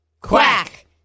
Quack